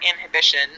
inhibition